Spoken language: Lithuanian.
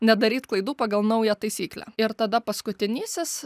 nedaryt klaidų pagal naują taisyklę ir tada paskutinysis